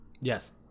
Yes